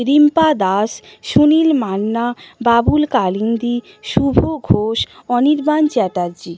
Rimpa Das Sunil Manna Babul Kalindi Shubho Ghosh Anirban Chatterjee